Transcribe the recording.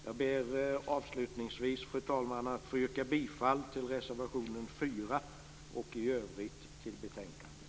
Jag ber avslutningsvis att få yrka bifall till reservation 4 och i övrigt till utskottets hemställan.